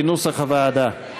כנוסח הוועדה,